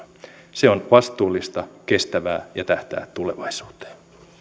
se on vastuullista kestävää ja tähtää tulevaisuuteen